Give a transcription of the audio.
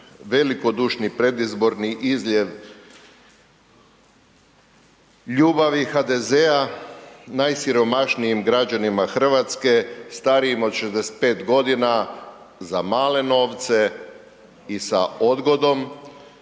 veliki predizborni izljev ljubavi HDZ-a najsiromašnijim građanima Hrvatske, starijim od 65 godina za male novce i sa odgodom